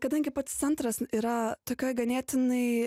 kadangi pats centras yra tokioj ganėtinai